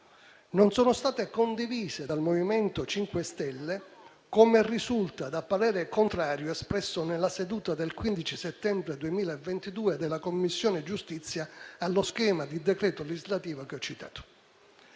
non sono state condivise dal MoVimento 5 Stelle, come risulta da parere contrario espresso nella seduta del 15 settembre 2022 della Commissione giustizia allo schema di decreto legislativo che ho citato.